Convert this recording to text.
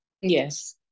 yes